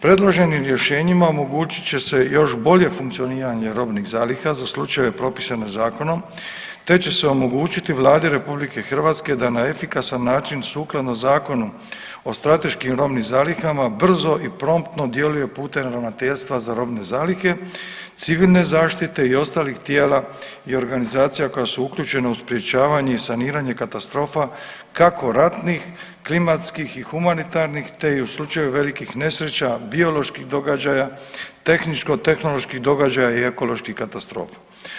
Predloženim rješenjima omogućit će se još bolje funkcioniranje robnih zaliha za slučajeve propisane zakonom te će se omogućiti Vladi RH da na efikasan način sukladno Zakonu o strateškim robnim zalihama brzo i promptno djeluje putem Ravnateljstva za robne zalihe, Civilne zaštite i ostalih tijela i organizacija koja su uključena u sprječavanje i saniranje katastrofa kako ratnih, klimatskih i humanitarnih te i u slučaju velikih nesreće, bioloških događaja, tehničko-tehnoloških događaja i ekoloških katastrofa.